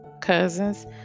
cousins